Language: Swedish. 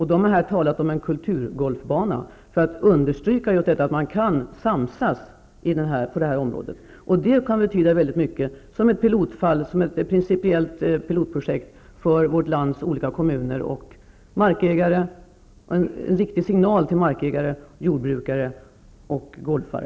Här har talats om en kulturgolfbana, för att understryka just detta att man kan samsas på det här området. Det kan betyda mycket som ett principiellt pilotprojekt för vårt lands olika kommuner, och det kan vara en viktig signal till markägare, jordbrukare och golfare.